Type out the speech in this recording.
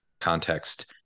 context